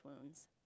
wounds